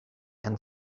and